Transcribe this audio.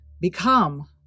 become